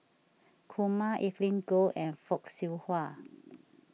Kumar Evelyn Goh and Fock Siew Wah